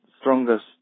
strongest